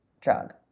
drug